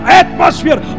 atmosphere